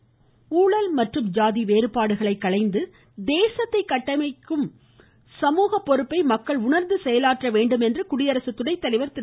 வெங்கய்ய நாயுடு ஊழல் மற்றும் ஜாதி வேறுபாடுகளை களைந்து தேசத்தை கட்டமைக்கும் சமூக பொறுப்பை மக்கள் உணா்ந்து செயலாற்ற வேண்டும் என்று குடியரசு துணைத்தலைவா் திரு